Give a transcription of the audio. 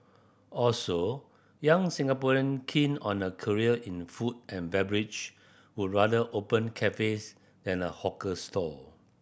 also young Singaporean keen on a career in food and beverage would rather open cafes than a hawker stall